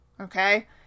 Okay